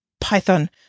python